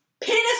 penis